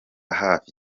hafi